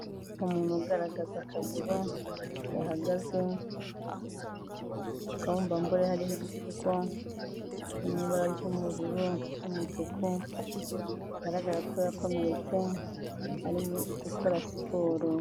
Umuntu ugaragaza akaguru gahagaze, akabumbambari hariho igipfuko, kiri mu ibara ry'ubururu n'umutuku, bigaragara ko yakomeretse arimo gukora siporo.